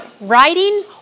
writing